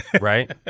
right